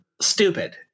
stupid